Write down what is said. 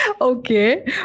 Okay